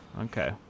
Okay